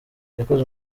yakoze